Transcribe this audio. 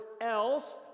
else